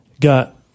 got